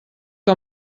que